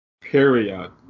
Period